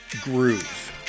Groove